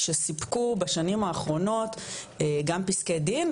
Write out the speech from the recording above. שסיפקו בשנים האחרונות גם פסקי דין,